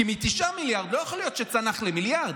כי מ-9 מיליארד לא יכול להיות שזה צנח למיליארד.